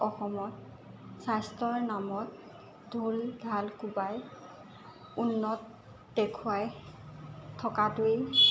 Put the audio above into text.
অসমত স্বাস্থ্যৰ নামত ঢোল ঢাল কোবাই উন্নত দেখুৱাই থকাটোৱেই